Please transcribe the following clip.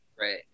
Right